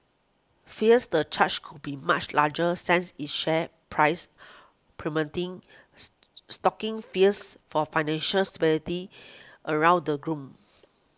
fears the charge could be much larger since its share price plummeting stoking fears for financial stability around the globe